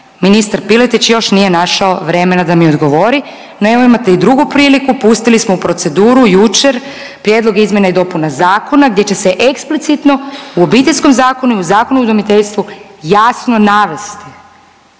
Ministar Piletić još nije našao vremena da mi odgovori, nego imate i drugi priliku pustili smo u proceduru jučer Prijedlog izmjena i dopuna zakona gdje će se eksplicitno u Obiteljskom zakonu i u Zakonu o udomiteljstvu jasno navesti